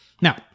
Now